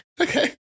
Okay